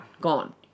Gone